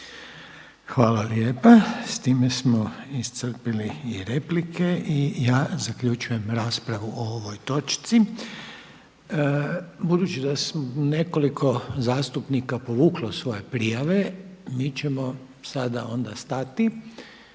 Hvala lijepa. S time smo iscrpili i replike i ja zaključujem raspravu o ovoj točci. Budući da je nekoliko zastupnika povuklo svoje prijave mi ćemo sada onda stati